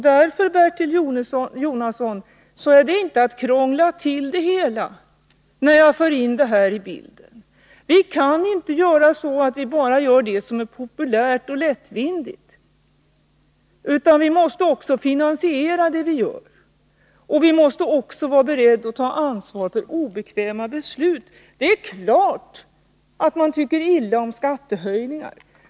Därför, Bertil Jonasson, är det inte att krångla till det hela när jag för in detta i bilden. Vi kan inte göra bara det som är populärt och lättvindigt, utan vi måste finansiera det vi gör och vara beredda att ta ansvar för obekväma beslut. Det är klart att man tycker illa om skattehöjningar.